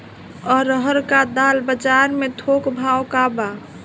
अरहर क दाल बजार में थोक भाव का बा?